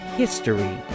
history